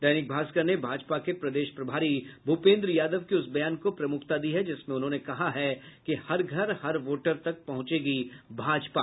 दैनिक भास्कर ने भाजपा के प्रदेश प्रभारी भूपेन्द्र यादव के उस बयान को प्रमुखता दी है जिसमें उन्होंने कहा है कि हर घर हर वोटर तक पहुंचेगी भाजपा